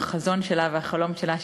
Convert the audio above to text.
עם החזון שלה והחלום שלה,